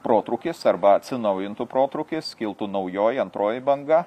protrūkis arba atsinaujintų protrūkis kiltų naujoji antroji banga